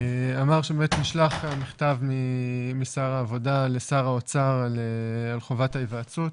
אמר שבאמת נשלח המכתב ממשרד העבודה לשר האוצר על חובת ההיוועצות,